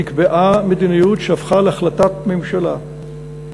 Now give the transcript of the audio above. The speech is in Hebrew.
נקבעה מדיניות שהפכה להחלטת ממשלה,